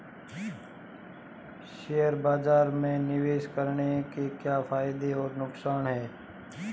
Share बाज़ार में निवेश करने के क्या फायदे और नुकसान हैं?